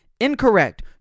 Incorrect